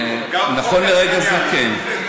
נכון לרגע זה, כן.